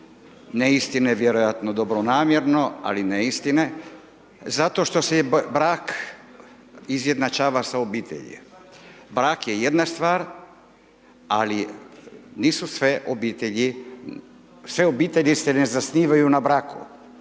neistine, vjerojatno dobronamjerno ali neistine zato što se brak izjednačava sa obitelji. Brak je jedna stvar ali nisu sve obitelji, sve obitelji se ne zasnivaju na braku.